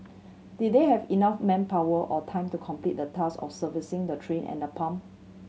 did they have enough manpower or time to complete the task of servicing the train and the pump